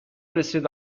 رسید